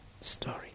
story